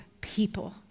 people